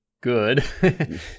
good